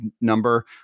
number